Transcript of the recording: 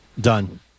Done